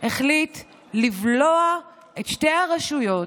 החליט לבלוע את שתי הרשויות,